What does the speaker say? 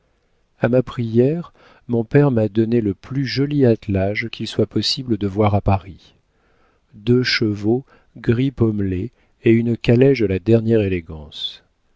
a ma prière mon père m'a donné le plus joli attelage qu'il soit possible de voir à paris deux chevaux gris pommelé et une calèche de la dernière élégance